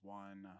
one